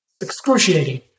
excruciating